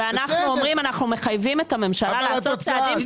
ואנחנו אומרים שאנחנו מחייבים את הממשלה לעשות צעדים,